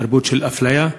תרבות של אפליה,